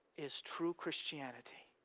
is true christianity.